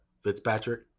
Fitzpatrick